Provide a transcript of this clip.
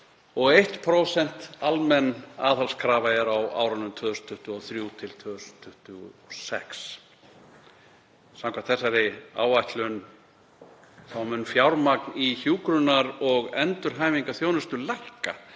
og 1% almenn aðhaldskrafa á árunum 2023–2026. Samkvæmt þessari áætlun mun fjármagn í hjúkrunar- og endurhæfingarþjónustu lækka